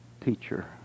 teacher